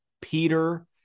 Peter